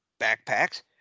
backpacks